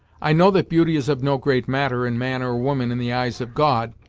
i know that beauty is of no great matter, in man or woman, in the eyes of god,